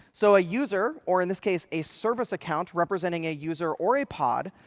so a user, or in this case a service account representing a user or a pod,